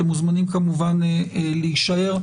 אתם מוזמנים כמובן להישאר.